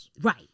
right